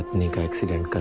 nick of